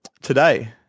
today